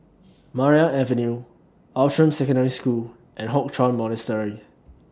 Maria Avenue Outram Secondary School and Hock Chuan Monastery